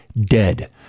dead